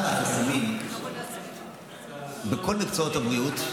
אחד מהחסמים בכל מקצועות הבריאות,